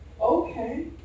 Okay